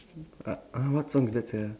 uh uh what song is that sia